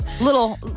Little